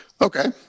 okay